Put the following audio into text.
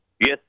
Yes